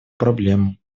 проблему